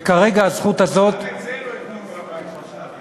גם את זה לא יבנו מול הבית שלך.